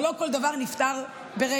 אבל לא כל דבר נפתר ברגע.